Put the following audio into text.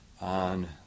on